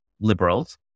liberals